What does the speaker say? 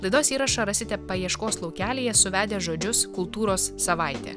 laidos įrašą rasite paieškos laukelyje suvedę žodžius kultūros savaitė